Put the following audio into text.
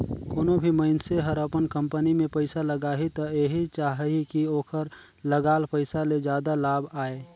कोनों भी मइनसे हर अपन कंपनी में पइसा लगाही त एहि चाहही कि ओखर लगाल पइसा ले जादा लाभ आये